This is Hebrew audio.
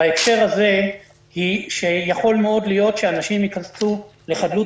בהקשר הזה היא שיכול מאוד להיות שאנשים ייכנסו לחדלות